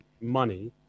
money